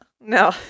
No